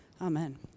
Amen